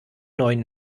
neuen